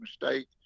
mistake